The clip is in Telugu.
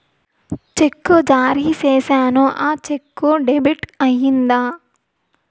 చెక్కు జారీ సేసాను, ఆ చెక్కు డెబిట్ అయిందా